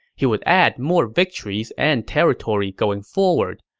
he would add more victories and territory going forward,